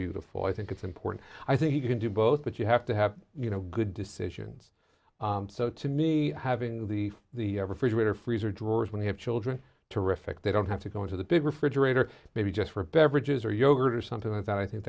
beautiful i think it's important i think you can do both but you have to have you know good decisions so to me having the the refrigerator freezer drawers when they have children to reflect they don't have to go into the big refrigerator maybe just for beverages or yogurt or something like that i think